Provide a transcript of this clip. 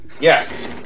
Yes